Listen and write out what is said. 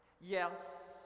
Yes